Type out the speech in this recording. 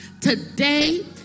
today